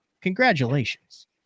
congratulations